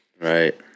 right